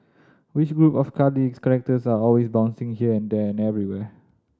which group of cuddly characters are always bouncing here and there and everywhere